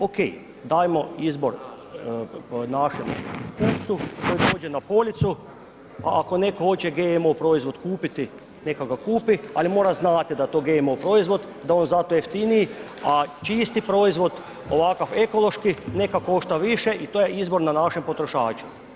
Okej, dajmo izbor našem kupci koji dođe na policu, a ako netko hoće GMO proizvod kupiti, neka ga kupi, ali mora znati da to GMO proizvod da je on zato jeftiniji, a čisti proizvod, ovakav ekološki neka košta više i to je izbor na našem potrošaču.